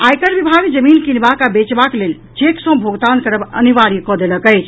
आयकर विभाग जमीन कीनबाक आ बेचबाक लेल चेक सॅ भोगतान करब अनिवार्य कऽ देलक अछि